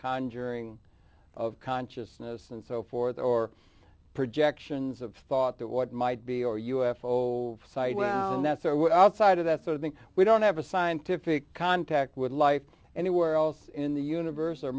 conjuring of consciousness and so forth or projections of thought that what might be or u f o site that's what outside of that sort of thing we don't have a scientific contact with life anywhere else in the universe or